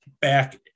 back